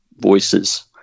voices